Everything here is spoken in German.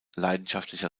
leidenschaftlicher